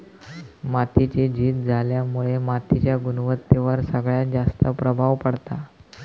मातीची झीज झाल्यामुळा मातीच्या गुणवत्तेवर सगळ्यात जास्त प्रभाव पडता